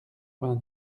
vingt